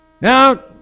Now